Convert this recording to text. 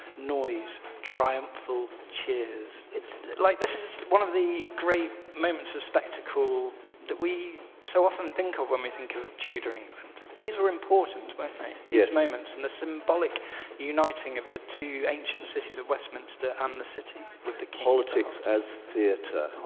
noise, triumphal cheers. this like this is one of the great moments of spectacle that we so often think of when we think of a tudor england. these were important weren't they? yes moments and the symbolic uniting of the two ancient cities of westminster and the city with the king. politics as theatre.